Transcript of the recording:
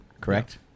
correct